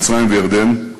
מצרים וירדן,